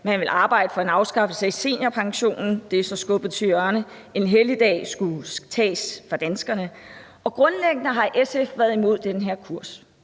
man ville arbejde for en afskaffelse af seniorpensionen. Det er så skubbet til hjørne. En helligdag skulle tages fra danskerne. Grundlæggende har SF været imod den her kurs,